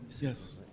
Yes